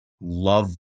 love